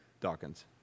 Dawkins